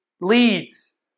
leads